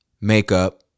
makeup